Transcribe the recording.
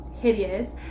hideous